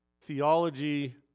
theology